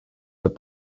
that